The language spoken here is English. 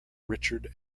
richard